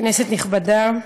כנסת נכבדה,